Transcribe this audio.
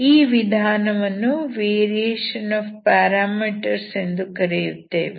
ಈ ವಿಧಾನವನ್ನು variation of parameters ಎಂದು ಕರೆಯುತ್ತೇವೆ